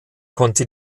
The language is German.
konnte